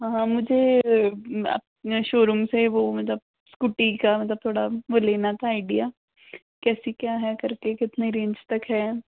हाँ हाँ मुझे अपना शोरूम से वो मतलब स्कूटी का मतलब थोड़ा वो लेना था आइडीया कैसी क्या है कर के कितने दिन तक है